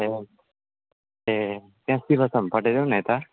ए ए छ पठाइदेऊ न यता